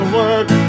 work